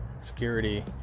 security